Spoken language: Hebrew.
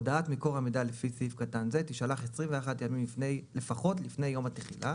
הודעת מקור המידע לפי סעיף קטן זה תישלח 21 ימים לפחות לפני יום התחילה.